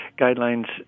guidelines